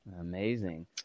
Amazing